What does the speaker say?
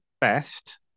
best